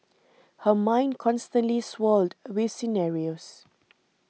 her mind constantly swirled with scenarios